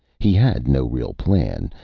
he had no real plan.